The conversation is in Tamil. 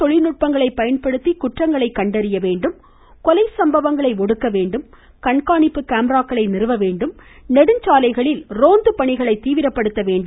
தொழில் நுட்பங்களைப் பயன்படுத்தி குற்றங்களை கண்டறிய நவீன வேணடும் கொலை சம்பவங்களை ஒடுக்க வேண்டும் கண்காணிப்பு கேமராக்களை நிறுவ வேண்டும் நெடுஞ்சாலைகளில் ரோந்து பணிகளை தீவிரப்படுத்த வேண்டும்